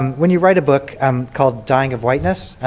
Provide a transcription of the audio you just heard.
um when you write a book um called dying of whiteness,